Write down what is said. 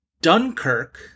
Dunkirk